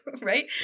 right